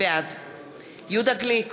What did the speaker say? בעד יהודה גליק,